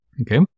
Okay